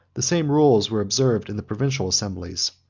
the same rules were observed in the provincial assemblies,